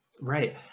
right